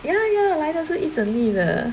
ya ya 来的是一整粒的